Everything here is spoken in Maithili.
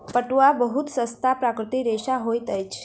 पटुआ बहुत सस्ता प्राकृतिक रेशा होइत अछि